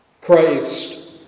Christ